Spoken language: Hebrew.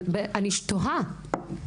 אבל אני תוהה,